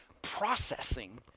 processing